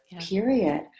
period